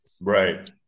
Right